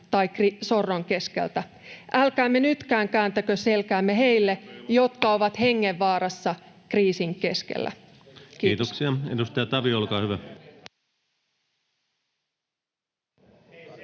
tai sorron keskeltä. Älkäämme nytkään kääntäkö selkäämme heille, jotka ovat hengenvaarassa kriisin keskellä. — Kiitos. [Speech 8] Speaker: